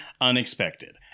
unexpected